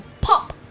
pop